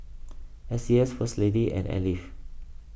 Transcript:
S C S First Lady and Alive